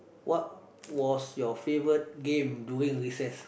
what was your favourite game during recess